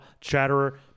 Chatterer